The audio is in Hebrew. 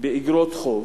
באיגרות חוב,